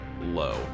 low